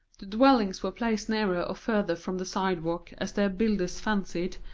the dwellings were placed nearer or further from the sidewalk as their builders fancied,